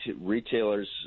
retailers